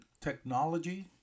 technology